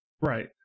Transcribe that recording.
Right